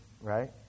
right